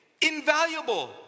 invaluable